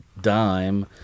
dime